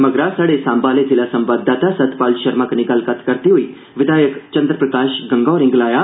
मगरा स्हाड़े सांबा आह्ले जिला संवाददाता सतपाल शर्मा कन्नै गल्लबात करदे होई विधायक चंद्र प्रकाश गंगा होरे गलाया